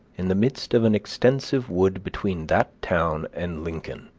in the midst of an extensive wood between that town and lincoln,